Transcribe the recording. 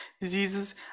diseases